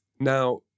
now